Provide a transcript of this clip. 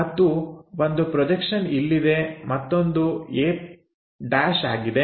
ಮತ್ತು ಒಂದು ಪ್ರೊಜೆಕ್ಷನ್ ಇಲ್ಲಿದೆ ಮತ್ತೊಂದು a' ಆಗಿದೆ